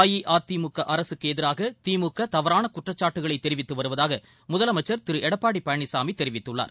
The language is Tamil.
அஇஅதிமுக அரசுக்கு எதிராக திமுக தவறான குற்றச்சாட்டுக்களை தெரிவித்து வருவதாக முதலமைச்சர் திரு எடப்பாடி பழனிசாமி தெரிவித்துள்ளார்